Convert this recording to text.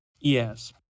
Yes